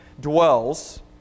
dwells